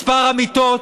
מספר המיטות